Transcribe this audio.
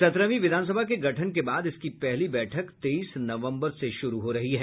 सत्रहवीं विधानसभा के गठन के बाद इसकी पहली बैठक तेईस नवम्बर से शुरू हो रही है